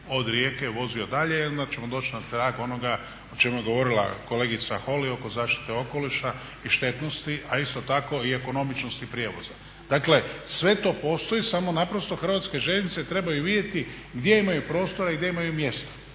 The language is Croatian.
od Rijeke vozio dalje i onda ćemo doći na trag onoga o čemu je govorila kolegica Holy oko zaštite okoliša i štetnosti, a isto tako i ekonomičnosti prijevoza. Dakle, sve to postoji samo naprosto HŽ trebaju vidjeti gdje imaju prostora i gdje imaju mjesta.